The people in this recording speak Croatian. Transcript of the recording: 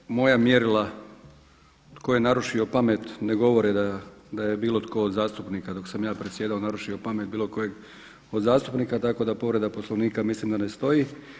Grbinu, moja mjerila tko je narušio pamet ne govore da je bilo tko od zastupnika dok sam ja predsjedao narušio pamet bilo kojeg od zastupnika tako da povreda Poslovnika mislim da ne stoji.